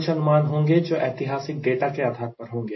कुछ अनुमान होंगे जो ऐतिहासिक डाटा के आधार पर होंगे